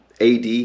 AD